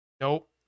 nope